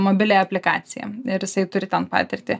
mobiliąją aplikaciją ir jisai turi ten patirtį